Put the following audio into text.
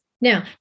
Now